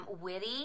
witty